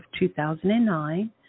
2009